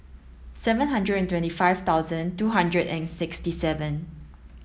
seven hundred and twenty five thousand two hundred and sixty seven